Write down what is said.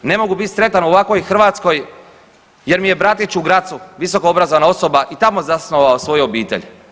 Ne mogu bit sretan u ovakvoj Hrvatskoj jer mi je bratić u Grazu, visoko obrazovana osoba i tamo zasnovao svoju obitelj.